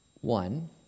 One